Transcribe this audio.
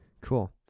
Cool